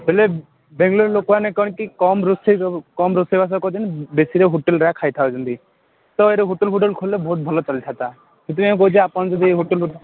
ହେଲେ ବାଙ୍ଗଲୋର ଲୋକମାନେ କଣ କି କମ୍ ରୋଷେଇ କମ୍ ରୋଷେଇବାସ କରୁଛନ୍ତି ବେଶୀରେ ହୋଟେଲ୍ରେ ଏକା ଖାଇଥାଉଛନ୍ତି ତ ଏଠି ହୋଟେଲ୍ଫୋେଟଲ୍ ଖୋଲିଥିଲେ ବହୁତ ଭଲ ଚାଲିଥାନ୍ତା ସେଥିପାଇଁ ମୁଁ କହୁଛି ଆପଣ ଯଦି ହୋଟେଲ୍